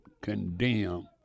condemn